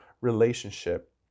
relationship